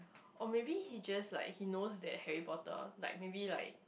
or maybe he just like he knows that Harry-Potter like maybe like